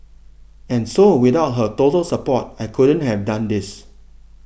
and so without her total support I couldn't have done this